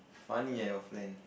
funny eh your friend